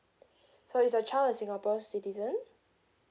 so is your child a singapore citizen